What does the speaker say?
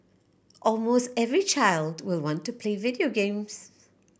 almost every child will want to play video games